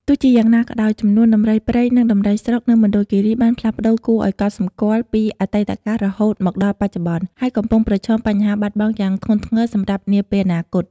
ទោះជាយ៉ាងណាក៏ដោយ ចំនួនដំរីព្រៃនិងដំរីស្រុកនៅមណ្ឌលគិរីបានផ្លាស់ប្តូរគួរឱ្យកត់សម្គាល់ពីអតីតកាលរហូតមកដល់បច្ចុប្បន្ន ហើយកំពុងប្រឈមបញ្ហាបាត់បង់យ៉ាងធ្ងន់ធ្ងរសម្រាប់នាពេលអនាគត។